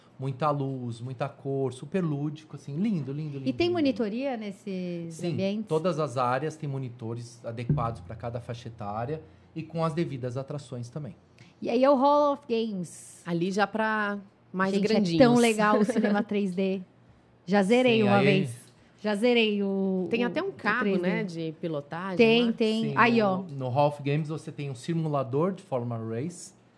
Muita luz, muita cor, super lúdico, assim, lindo, lindo, E lindo, tem lindo. monitoria nesses Sim, ambientes? todas as áreas têm monitores adequados pra cada faixa etária e com as devidas atrações também. E aí é o Hall of Games. Ali já pra mais Gente, é tão grandinhos. legal o cinema 3D. Já zerei Sim, uma aí. vez. Já zerei o- Tem até o- um o carro, 3D. né, de pilotagem, Tem, né? tem. Sim, Aí, ó. no- no Hall of Games você tem um simulador de forma race.